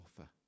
offer